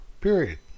period